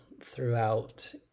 throughout